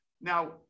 Now